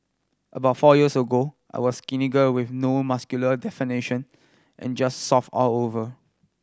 about four years ago I was a skinny girl with no muscle definition and just soft all over